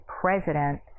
president